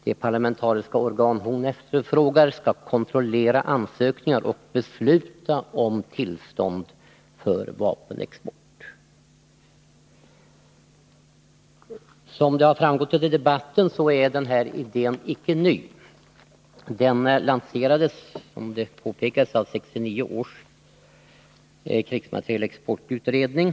Det parlamentariska organ hon efterfrågar skall kontrollera ansökningar om och besluta om tillstånd för vapenexport. Som framgått under debatten är denna idé icke ny. Den lanserades av 1969 års krigsmaterielexportutredning.